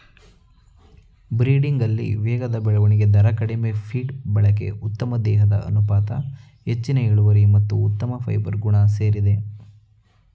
ಬ್ರೀಡಿಂಗಲ್ಲಿ ವೇಗದ ಬೆಳವಣಿಗೆ ದರ ಕಡಿಮೆ ಫೀಡ್ ಬಳಕೆ ಉತ್ತಮ ದೇಹದ ಅನುಪಾತ ಹೆಚ್ಚಿನ ಇಳುವರಿ ಮತ್ತು ಉತ್ತಮ ಫೈಬರ್ ಗುಣ ಸೇರಿದೆ